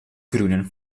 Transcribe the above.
grünen